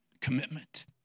commitment